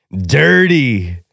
dirty